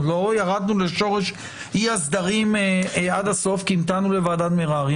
לא ירדנו לשורש אי הסדרים עד הסוף כי המתנו לוועדת מררי.